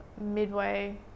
midway